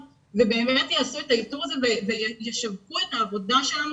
ובאמת יעשו את האיתור הזה וישווקו את העבודה שלנו,